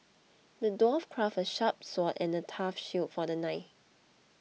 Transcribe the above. the dwarf crafted a sharp sword and a tough shield for the knight